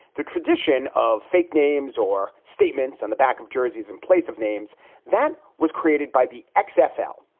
the tradition of fake names or statements on the back of jerseys in place of names that was created by the nfl,